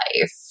life